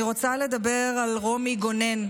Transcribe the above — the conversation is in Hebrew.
אני רוצה לדבר על רומי גונן,